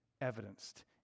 evidenced